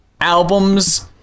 albums